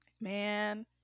man